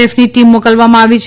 એફની team મોકલાવામાં આવી છે